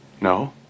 No